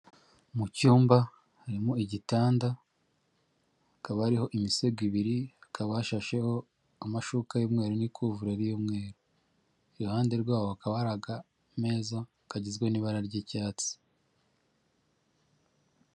Mu cyumba harimo igitanda, hakaba hariho imisego ibiri, hakaba hashasheho amashuka y'umweru n'ikuvurori y'umweru, iruhande rwaho hakaba hari akameza kagizwe n'ibara ry'icyatsi.